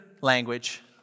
language